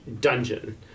dungeon